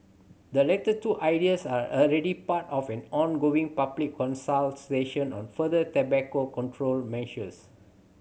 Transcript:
the latter two ideas are already part of an ongoing public consultation on further tobacco control measures